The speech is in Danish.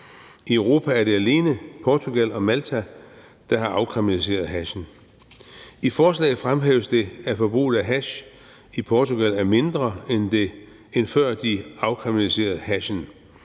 I Europa er det alene Portugal og Malta, der har afkriminaliseret hashen. I forslaget fremhæves det, at forbruget af hash i Portugal er mindre, end før de afkriminaliserede hashen.